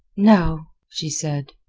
no, she said.